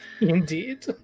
Indeed